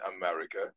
america